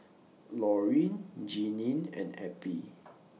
Lorene Jeanine and Eppie